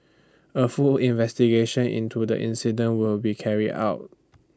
A full investigation into the incident will be carried out